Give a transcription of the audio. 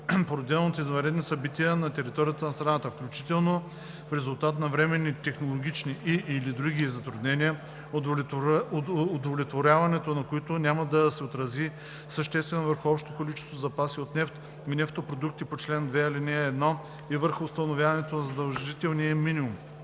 породено от извънредни събития на територията на страната, включително в резултат на временни технологични и/или други затруднения, удовлетворяването на които няма да се отрази съществено върху общото количество запаси от нефт и нефтопродукти по чл. 2, ал. 1 и върху възстановяването на задължителния им минимум.